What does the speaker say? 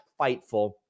Fightful